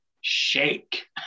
shake